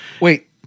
Wait